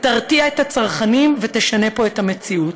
תרתיע את הצרכנים ותשנה פה את המציאות.